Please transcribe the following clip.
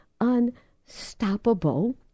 unstoppable